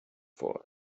for